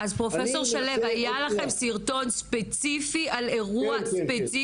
היה לכם סרטון על אירוע ספציפי?